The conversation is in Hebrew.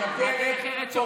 משקרת,